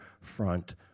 front